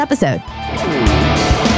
episode